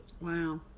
Wow